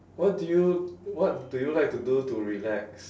what do you what do you like to do to relax